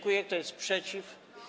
Kto jest przeciw?